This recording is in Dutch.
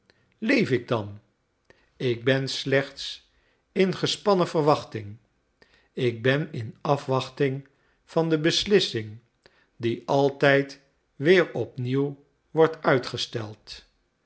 leef ik dan ik ben steeds in gespannen verwachting ik ben in afwachting van de beslissing die altijd weer op nieuw wordt uitgesteld